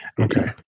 okay